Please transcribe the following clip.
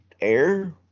air